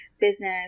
business